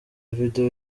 video